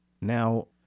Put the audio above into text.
Now